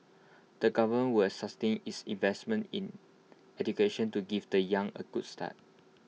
the government will sustain its investments in education to give the young A good start